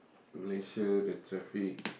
make sure the traffic